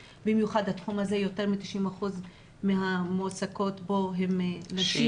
בתחום הזה יותר מ-90 אחוזים מהמועסקות בו הן נשים